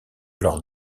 leurs